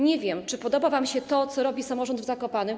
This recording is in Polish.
Nie wiem, czy podoba wam się to, co robi samorząd w Zakopanem.